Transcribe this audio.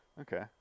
Okay